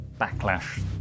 backlash